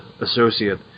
associate